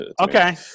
Okay